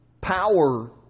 power